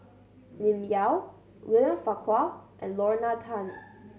Lim Yau William Farquhar and Lorna Tan